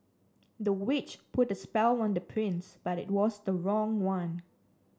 the witch put a spell on the prince but it was the wrong one